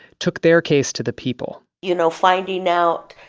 took their case to the people you know, finding out,